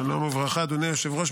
שלום וברכה, אדוני היושב-ראש.